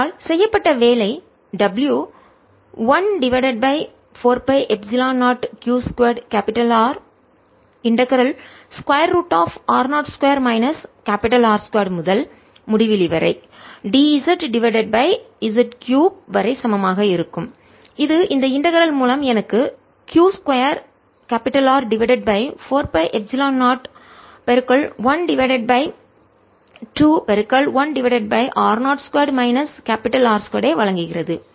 F14π0qR qr2r r2 R2214π0q2Rrr2 R22 0F drq2R4π0r0rdrr2 R22 Let r2 R2z2zdzrdr Wq2R4π0r02 R2zdzz4 ஆகையால் செய்யப்பட்ட வேலை W 1 divided by 4 pi epsilon 0 q 2 R integral ஒருங்கிணைப்பு square root of r0 2 minus R 2 முதல் முடிவிலி வரை d z divided by z 3 வரை சமமாக இருக்கும் இது இந்த இன்டகரல் ஒருங்கிணைப்பின் மூலம் எனக்கு q 2 R divided by 4 pi epsilon 0 1 divided by 2 1 divided by r0 2 minus R 2 ஐ வழங்குகிறது